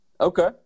Okay